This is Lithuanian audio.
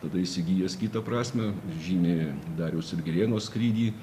tada įsigijęs kitą prasmę žymi dariaus ir girėno skrydį